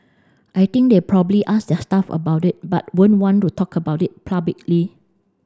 I think they'll probably ask their staff about it but won't want to talk about it publicly